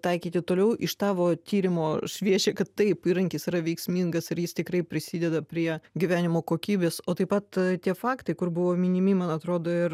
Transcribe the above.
taikyti toliau iš tavo tyrimo šviečia kad taip įrankis yra veiksmingas ir jis tikrai prisideda prie gyvenimo kokybės o taip pat tie faktai kur buvo minimi man atrodo ir